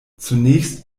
zunächst